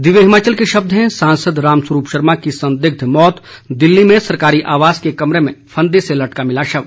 दिव्य हिमाचल के शब्द हैं सांसद रामस्वरूप शर्मा की संदिग्ध मौत दिल्ली में सरकारी आवास के कमरे में फंदे से लटका मिला शव